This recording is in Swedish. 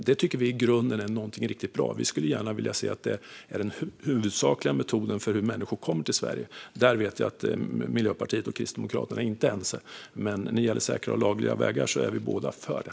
Detta tycker vi är bra, och vi skulle gärna se att det är den huvudsakliga metoden för hur människor kommer till Sverige. Här vet jag att Miljöpartiet och Kristdemokraterna inte är ense, men när det gäller säkra och lagliga vägar är vi båda för det.